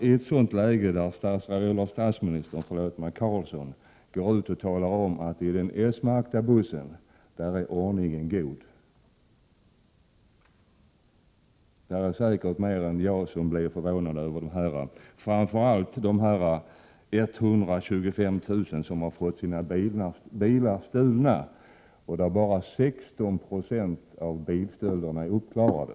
I ett sådant läge går statsminister Carlsson ut och talar om, att i den s-märkta bussen är ordningen god. Det är säkert fler än jag som blir förvånade över detta uttalande, framför allt de 125 000 personer som fått sina bilar stulna — och bara 16 96 av bilstölderna är uppklarade.